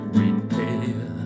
repair